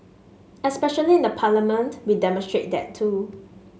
especially in Parliament we demonstrate that too